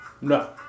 No